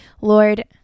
Lord